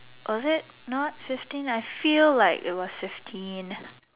or was it not fifteen I feel like it was fifteen